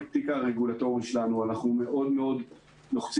בתפקיד הרגולטורי שלנו אנחנו מאוד מאוד לוחצים